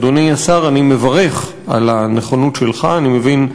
אדוני השר, אני מברך על הנכונות שלך ואני מבין,